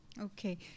okay